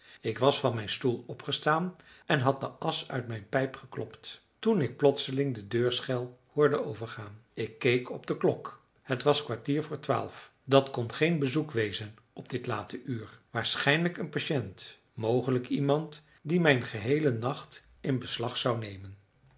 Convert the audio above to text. ik was van mijn stoel opgestaan en had de asch uit mijn pijp geklopt toen ik plotseling de deurschel hoorde overgaan ik keek op de klok het was kwartier voor twaalf dat kon geen bezoek wezen op dit late uur waarschijnlijk een patiënt mogelijk iemand die mijn geheelen nacht in beslag zou nemen